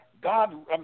God